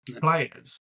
players